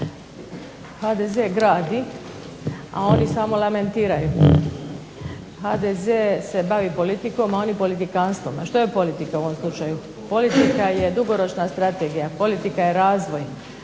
HDZ gradi, a oni samo lamentiraju. HDZ se bavi politikom, a oni politikantsvom. A što je politika u ovom slučaju? Politika je dugoročna strategija, politika je razvoj,